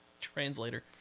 Translator